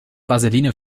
vaseline